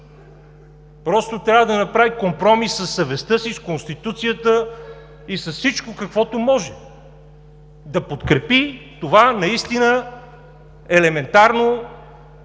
Просто трябва да направи компромис със съвестта си, с Конституцията и със всичко каквото може, за да подкрепи това елементарно,